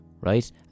right